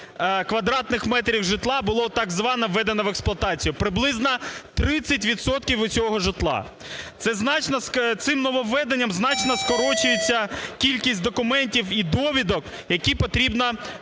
квадратних метрів житла було так зване введено в експлуатацію, приблизно 30 відсотків від цього житла. Це значно… цим нововведенням значно скорочується кількість документів і довідок, які потрібно